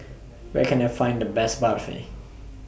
Where Can I Find The Best Barfi